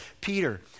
Peter